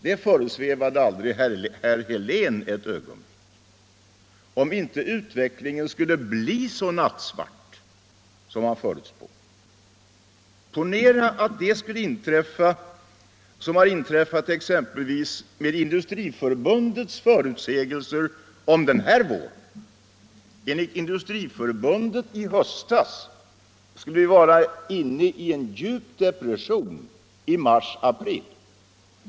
Det föresvävade aldrig ett ögonblick herr Helén att utvecklingen inte skulle bli så nattsvart som man förutspådde. Ponera att det skulle inträffa som har skett exemepelvis med Industriförbundets förutsägelser om denna vår. Enligt Industriförbundet i höstas skulle vi vara inne i en djup depression i mars-april.